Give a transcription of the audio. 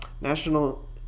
National